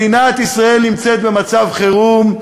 מדינת ישראל נמצאת במצב חירום,